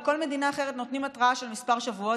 בכל מדינה אחרת נותנים התראה של כמה שבועות.